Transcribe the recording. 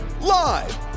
live